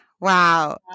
Wow